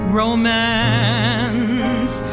romance